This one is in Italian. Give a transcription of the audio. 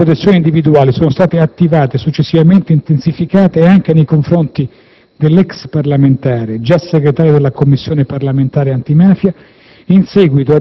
Misure di protezione individuali sono state attivate e, successivamente intensificate, anche nei confronti dell'ex parlamentare, già segretario della Commissione parlamentare antimafia,